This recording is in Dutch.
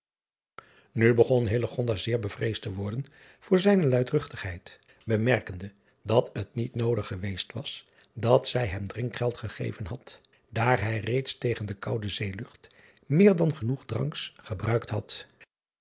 u begon zeer bevreesd te worden voor zijne luidruchtigheid bemerkende dat het niet noodig geweest was dat zij hem drinkgeld gegeven had daar hij reeds tegen de koude zeelucht meer dan genoeg dranks gebruikt had